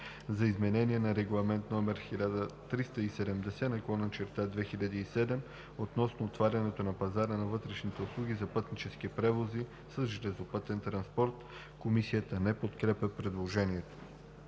за изменение на Регламент (ЕО) № 1370/2007 относно отварянето на пазара на вътрешни услуги за пътнически превози с железопътен транспорт“. Комисията не подкрепя предложението.